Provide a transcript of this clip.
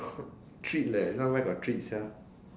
treat leh this one where got treat sia